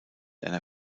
einer